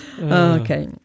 Okay